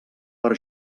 per